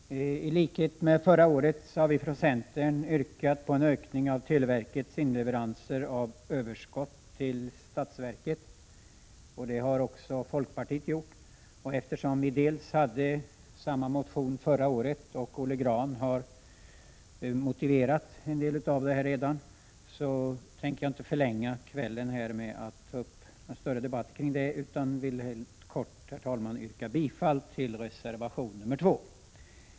Herr talman! I likhet med förra året har centern yrkat på en ökning av televerkets inleveranser av överskott till statsverket, vilket också folkpartiet har gjort. Eftersom vi alltså framförde samma motionskrav förra året och eftersom Olle Grahn redan har motiverat det krav som på den här punkten har framförts i reservationerna, tänker jag inte förlänga debatten genom att uppehålla mig vid detta utan vill, herr talman, helt kortfattat yrka bifall till reservation nr 2.